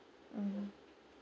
mm